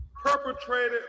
perpetrated